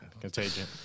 Contagion